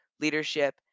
leadership